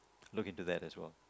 look into that as well